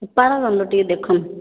କ'ଣ ଭଲ ଟିକେ ଦେଖନ୍ତୁ